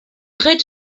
raid